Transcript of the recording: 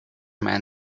man